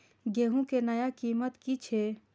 गेहूं के नया कीमत की छे?